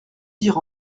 dire